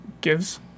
gives